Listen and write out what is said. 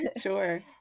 Sure